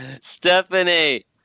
Stephanie